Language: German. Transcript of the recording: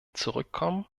zurückkommen